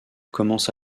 commence